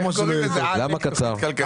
למה קצר?